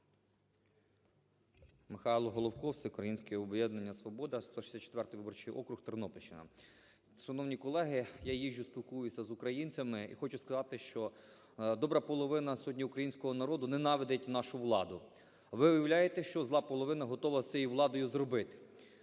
Михайло Головко, Всеукраїнське об'єднання "Свобода", 164 виборчий округ, Тернопільщина. Шановні колеги, я їжджу, спілкуюся з українцями, і хочу сказати, що добра половина сьогодні українського народу ненавидить нашу владу. Ви уявляєте, що зла половина готова з цією владою зробити?